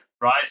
right